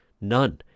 None